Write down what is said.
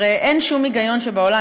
הרי אין שום היגיון שבעולם,